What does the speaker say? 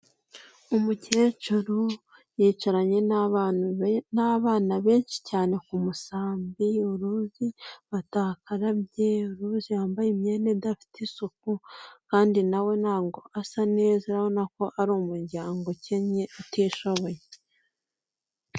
Umukecuru yicaranye n'abana benshi cyane ku musambi, uruzi batakarabye bose yambaye imyenda idafite isuku kandi nawe ntabwo asa neza, urabona ko ari umuryango ukennye kandi utishoboye.